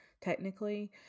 technically